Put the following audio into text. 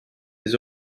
des